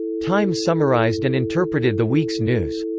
time summarized and interpreted the week's news.